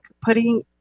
putting